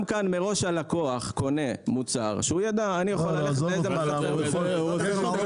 גם כאן הלקוח קונה מראש מוצר שהוא יודע שהוא יכול ללכת